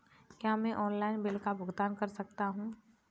क्या मैं online bill का भुगतान कर सकता हूँ?